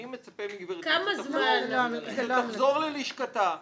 אני מצפה מהגברת שתחזור ללשכתה --- לא,